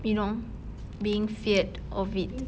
you know being feared of it